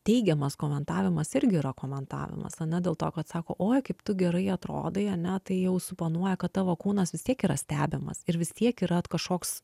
teigiamas komentavimas irgi yra komentavimas ane dėl to kad sako oi kaip tu gerai atrodai ane tai jau suponuoja kad tavo kūnas vis tiek yra stebimas ir vis tiek yra kažkoks